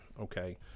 okay